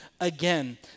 again